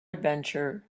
adventure